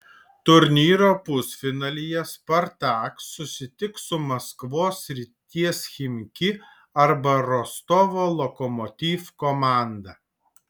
turnyro pusfinalyje spartak susitiks su maskvos srities chimki arba rostovo lokomotiv komanda